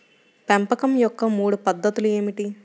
పెంపకం యొక్క మూడు పద్ధతులు ఏమిటీ?